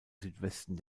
südwesten